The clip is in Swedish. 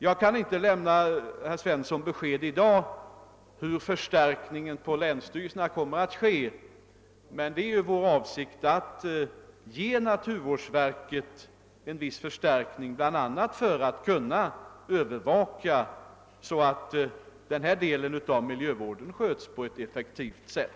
Jag kan inte lämna herr Svensson besked i dag om hur förstärkningen av länsstyrelserna kommer att utformas, men det är vår avsikt att ge naturvårds verket möjligheter till en viss förstärkning, bl.a. för att kunna övervaka att denna del av miljövården sköts på ett effektivt sätt.